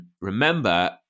Remember